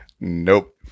Nope